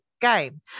Game